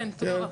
תמשיך לקרוא.